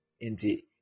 indeed